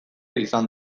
izan